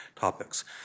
topics